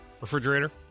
refrigerator